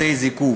בתי-הזיקוק.